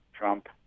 Trump